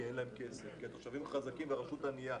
כי אין להן כסף, כי התושבים חזקים והרשות ענייה.